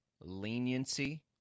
leniency